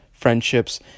friendships